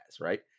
right